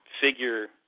figure